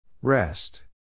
Rest